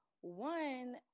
one